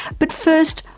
but first,